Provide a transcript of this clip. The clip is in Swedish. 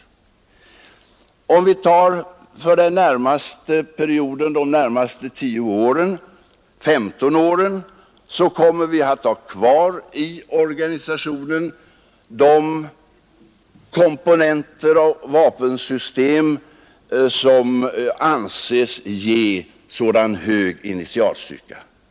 Om vi tar de närmaste 15 åren så kommer vi att ha kvar i organisationen de komponenter av vapensystem som anses ge sådan hög initialstyrka.